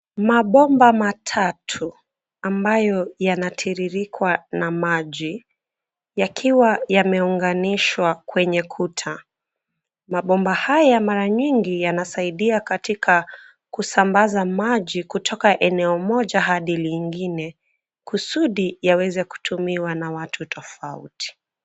Mabomba matatu ambayo yanatiririkwa na maji yakiwa yameunganishwa kwenye kuta. Mabomba haya mara nyingi yanasaidia katika kusambaza maji kutoka eneo moja hadi lingine, kusudi yaweze kutumiwa na watu tofauti.